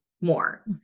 more